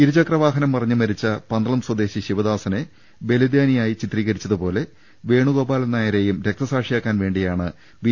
ഇരുചക്ര വാഹനം മറിഞ്ഞ് മരിച്ച പന്തളം സ്വദേശി ശ്രീവദാസനെ ബലിദാനിയായി ചിത്രീകരിച്ചതുപോലെ വേണുഗോപാലൻ നായരെയും രക്തസാക്ഷിയാ ക്കാൻ വേണ്ടിയാണ് ബി